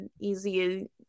easy